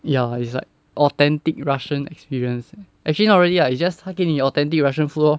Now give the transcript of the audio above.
ya it's like authentic russian experience actually not really lah it's just 他给你 authentic russian food lor